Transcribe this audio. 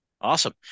awesome